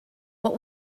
what